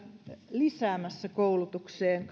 lisäämässä koulutukseen